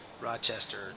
Rochester